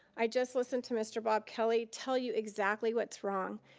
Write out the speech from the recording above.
i just listened to mr. bob kelly tell you exactly what's wrong.